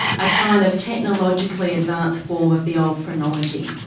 a kind of technologically advanced form of the old phrenology,